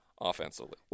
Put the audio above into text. offensively